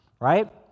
right